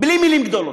בלי מילים גדולות,